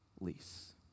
lease